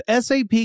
SAP